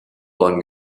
blond